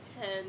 ten